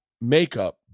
makeup